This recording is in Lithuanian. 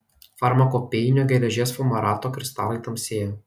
farmakopėjinio geležies fumarato kristalai tamsėja